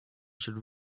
should